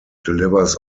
delivers